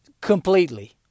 completely